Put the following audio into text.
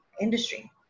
industry